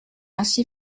ainsi